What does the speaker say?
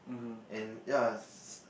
and ya s~